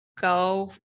go